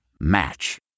Match